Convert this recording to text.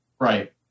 Right